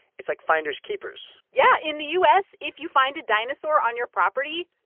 it's like finders keepers yeah. in the u s, if you find a dinosaur on your property,